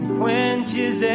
quenches